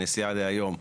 הנשיאה היום,